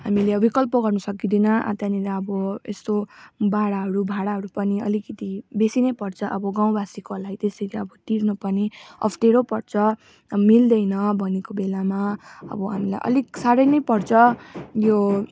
हामीले अब विकल्प गर्नु सकिँदैन त्यहाँनिर अब त्यस्तो भाडाहरू भाडाहरू पनि अलिकति बेसी नै पर्छ अब गाउँवासीकोलाई त्यसै त अब तिर्नु पनि अप्ठ्यारो पर्छ मिल्दैन भनेको बेलामा अब हामीलाई अलिक साह्रै नै पर्छ यो